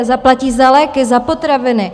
Zaplatí za léky, za potraviny.